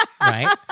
right